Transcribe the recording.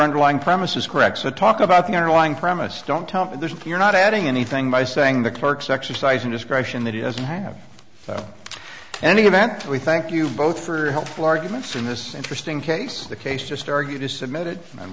underlying premise is correct so talk about the underlying premise don't tell me you're not adding anything by saying the clerk's exercise of discretion that he doesn't have an event we thank you both for helpful arguments in this interesting case the case just argued is submitted and